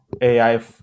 AI